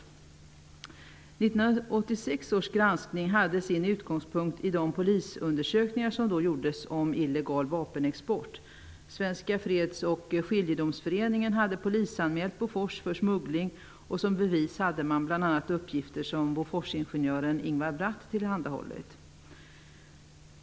1986 års granskning hade sin utgångspunkt i de polisundersökningar som då gjordes om illegal vapenexport. Svenska Freds och skiljedomsföreningen hade polisanmält Bofors för smuggling, och som bevis hade man bl.a. uppgifter som Boforsingenjören Ingvar Bratt tillhandahållit.